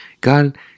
God